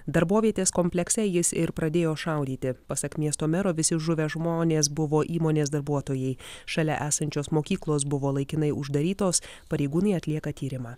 darbovietės komplekse jis ir pradėjo šaudyti pasak miesto mero visi žuvę žmonės buvo įmonės darbuotojai šalia esančios mokyklos buvo laikinai uždarytos pareigūnai atlieka tyrimą